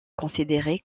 considéré